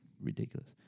ridiculous